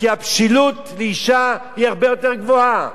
כי הבשלות לאשה היא הרבה יותר גבוהה.